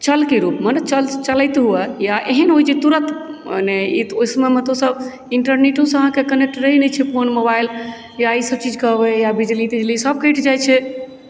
चलके रूप मे मने चलैत हुए या एहन होइ जे तुरत मने ओहि समयमे तऽ ओ सब इन्टरनेटो सँ आहाँके कनेक्ट रहै नहि छै फ़ोन मोबाइल या ई सब चीज कहबै या बिजली तिजली सब कटि जाइ छै